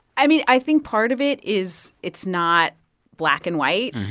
i mean, i think part of it is it's not black and white.